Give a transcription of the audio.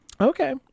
Okay